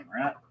right